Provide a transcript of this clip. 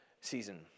season